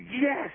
yes